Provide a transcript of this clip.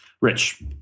Rich